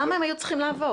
למה הם היו צריכים לעבור?